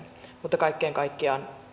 mutta kaiken kaikkiaan